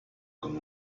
con